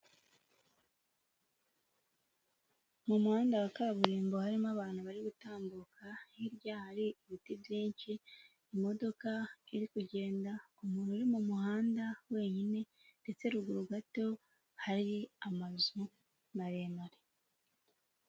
Mu muhanda wa kaburimbo harimo abantu bari gutambuka, hirya hari ibiti byinshi, imodoka iri kugenda, muntu uri mu muhanda wenyine, ndetse ruguru gato hari amazu maremare.